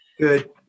Good